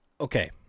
Okay